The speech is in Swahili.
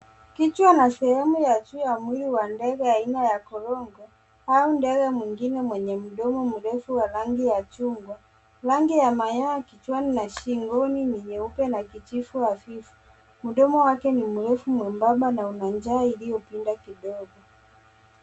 Kichwa na sehemu ya juu ya mwili wa ndege aina ya korongo au ndege mwengine mwenye mdomo mrefu wa rangi ya chungwa. Rangi ya manyonya kichwa na shingoni ni nyeupe na kijivu hafifu. Mdomo wake ni mrefu mwembamba na una ncha iliyopinda kidogo.